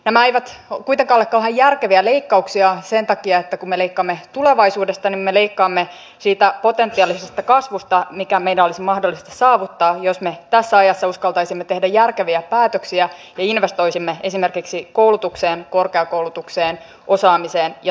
nämä eivät kuitenkaan ole kauhean järkeviä leikkauksia sen takia että kun me leikkaamme tulevaisuudesta niin me leikkaamme siitä potentiaalisesta kasvusta joka meidän olisi mahdollista saavuttaa jos me tässä ajassa uskaltaisimme tehdä järkeviä päätöksiä ja investoisimme esimerkiksi koulutukseen korkeakoulutukseen osaamiseen ja tutkimukseen